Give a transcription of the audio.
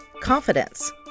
confidence